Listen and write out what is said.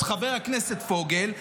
חבר הכנסת פוגל,